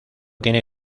tiene